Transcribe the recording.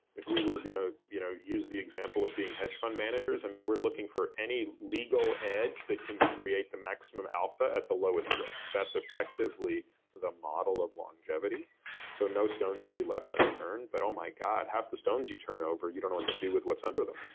if we were gonna you know use the example of being hedge fund managers, and we're looking for any legal edge that can create the maximum alpha at the lowest risk. that's effectively the model of longevity so no stone should be left unturned. but oh my god. half the stones you turn over, you don't know what to do with what's under them